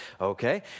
Okay